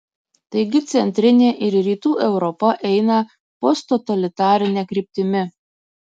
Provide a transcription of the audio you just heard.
taigi centrinė ir rytų europa eina posttotalitarine kryptimi